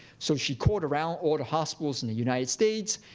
so she called around all the hospitals in the united states.